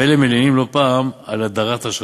ואלה מלינים לא פעם על "הדרת אשראי".